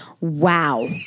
Wow